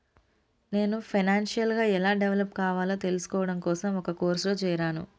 నేను ఫైనాన్షియల్ గా ఎలా డెవలప్ కావాలో తెల్సుకోడం కోసం ఒక కోర్సులో జేరాను